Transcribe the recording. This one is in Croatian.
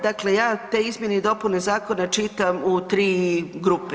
Dakle, ja te izmjene i dopune zakona čitam u tri grupe.